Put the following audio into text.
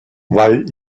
weil